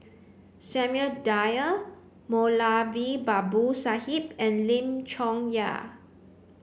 Samuel Dyer Moulavi Babu Sahib and Lim Chong Yah